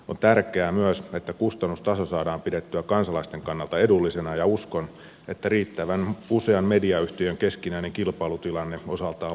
on tärkeää myös että kustannustaso saadaan pidettyä kansalaisten kannalta edullisena ja uskon että riittävän usean mediayhtiön keskinäinen kilpailutilanne osaltaan varmistaa sen